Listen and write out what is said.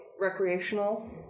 recreational